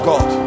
God